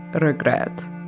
regret